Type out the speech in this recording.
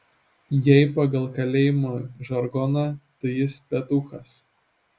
jei pagal kalėjimo žargoną tai jis petūchas